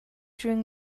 during